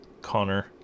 Connor